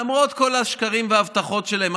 למרות כל השקרים וההבטחות שלהם,